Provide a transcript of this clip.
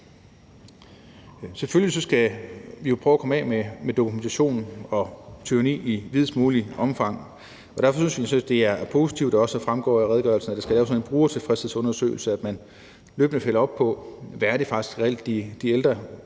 Selvfølgelig skal vi prøve at komme af med dokumentationstyranniet i videst muligt omfang. Derfor synes vi, det er positivt, at det også fremgår af redegørelsen, at der skal laves en brugertilfredshedsundersøgelse, hvor man løbende følger op på, hvad det faktisk reelt